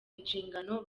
inshingano